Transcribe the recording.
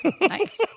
nice